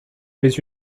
mais